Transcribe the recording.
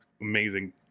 amazing